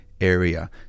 area